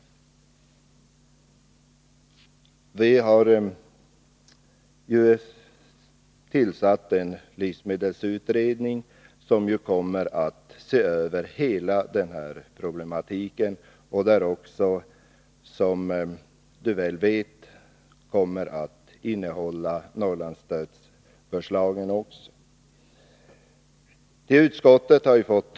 Vi har tillsatt livsmedelspolitiska kommittén, som kommer att se över hela denna problematik, och som Lennart Brunander väl vet kommer den översynen att omfatta också förslagen om stöd till jordbruket i Norrland.